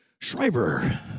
Schreiber